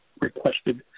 requested